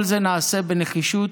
כל זה נעשה בנחישות,